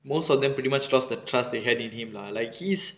most of them pretty much loss the trust in him lah like he's